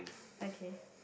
okay